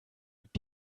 mit